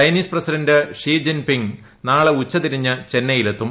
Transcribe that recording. Chinese president Xi Jinping നാളെ ഉച്ച തിരിഞ്ഞ് ചെന്നൈയിലെത്തും